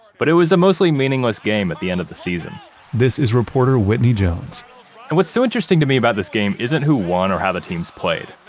but it was a mostly meaningless game at the end of the season this is reporter, whitney jones and what's so interesting to me about this game isn't who won or how the two teams played,